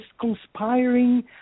conspiring